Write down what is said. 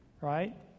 right